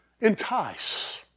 entice